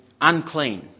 unclean